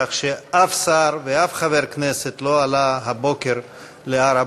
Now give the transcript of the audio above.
כך ששום שר ושום חבר כנסת לא עלה הבוקר להר-הבית.